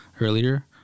earlier